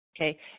okay